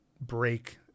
break